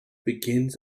begins